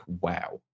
wow